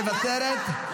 מוותרת,